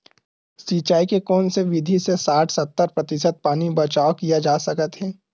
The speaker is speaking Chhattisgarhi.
सिंचाई के कोन से विधि से साठ सत्तर प्रतिशत पानी बचाव किया जा सकत हे?